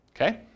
Okay